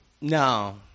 No